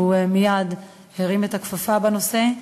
והוא מייד הרים את הכפפה בנושא.